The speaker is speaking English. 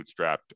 bootstrapped